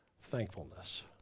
thankfulness